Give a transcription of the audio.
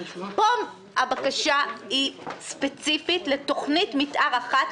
פה הבקשה היא ספציפית לתוכנית מתאר אחת.